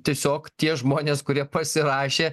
tiesiog tie žmonės kurie pasirašė